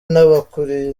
n’abakuriye